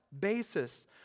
basis